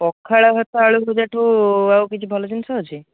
ପଖାଳ ଭାତ ଆଳୁ ଭଜାଠୁ ଆଉ କିଛି ଭଲ ଜିନିଷ ଅଛି